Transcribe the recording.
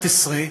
2011,